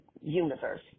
universe